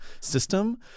system